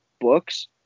books